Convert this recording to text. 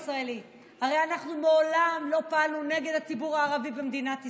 הרי אנחנו מעולם לא פעלנו נגד הציבור הערבי במדינת ישראל.